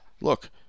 look